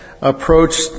approached